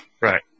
Right